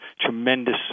tremendous